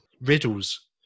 riddles